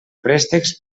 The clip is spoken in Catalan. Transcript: préstecs